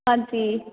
ਹਾਂਜੀ